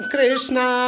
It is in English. Krishna